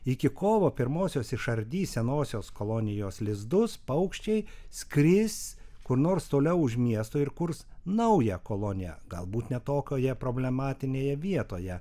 iki kovo pirmosios išardys senosios kolonijos lizdus paukščiai skris kur nors toliau už miesto ir kurs naują koloniją galbūt ne tokioje problematinėje vietoje